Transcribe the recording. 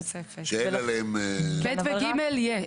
(ב) יש.